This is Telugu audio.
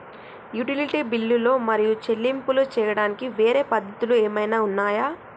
యుటిలిటీ బిల్లులు మరియు చెల్లింపులు చేయడానికి వేరే పద్ధతులు ఏమైనా ఉన్నాయా?